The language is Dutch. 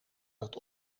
dat